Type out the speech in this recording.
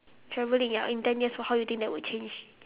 traveling ya in ten years how do you think that would change